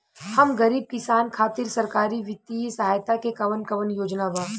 हम गरीब किसान खातिर सरकारी बितिय सहायता के कवन कवन योजना बा?